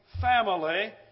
family